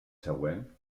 següent